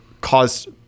caused